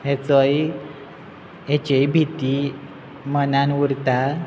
हाचोय हाची भिरांत मनान उरता